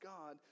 God